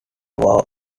war